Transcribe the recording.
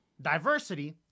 Diversity